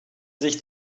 sich